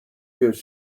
gives